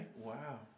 wow